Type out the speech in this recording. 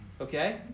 okay